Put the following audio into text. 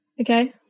Okay